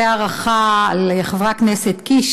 הרבה הערכה לחברי הכנסת קיש,